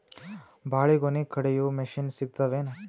ಬಾಳಿಗೊನಿ ಕಡಿಯು ಮಷಿನ್ ಸಿಗತವೇನು?